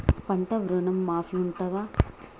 పంట ఋణం మాఫీ ఉంటదా?